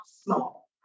small